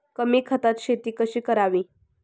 कमी खतात शेती कशी करावी?